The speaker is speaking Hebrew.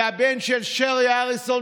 והבן של שרי אריסון,